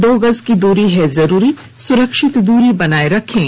दो गज की दूरी है जरूरी सुरक्षित दूरी बनाए रखें